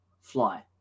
fly